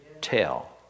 tell